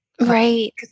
right